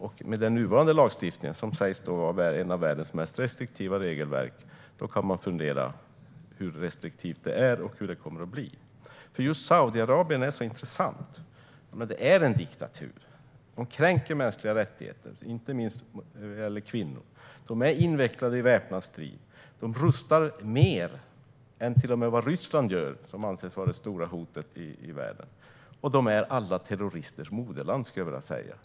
Eftersom nuvarande lagstiftning sägs vara ett av världens mest restriktiva regelverk kan man fundera över hur restriktivt det är och hur restriktivt det kommer att bli. Just Saudiarabien är mycket intressant. Det är en diktatur. Man kränker mänskliga rättigheter, inte minst vad gäller kvinnor. Man är invecklad i väpnad strid och rustar mer än till och med Ryssland, som anses vara det stora hotet i världen. Det är alla terroristers moderland, skulle jag vilja säga.